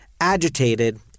agitated